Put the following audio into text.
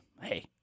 hey